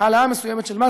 העלאה מסוימת של מס.